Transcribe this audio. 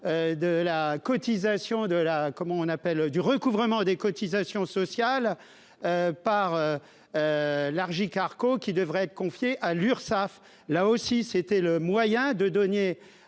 de la comment on appelle du recouvrement des cotisations sociales par l'argile Arco qui devrait être confiée à l'Urssaf, là aussi, c'était le moyen de donner